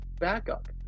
backup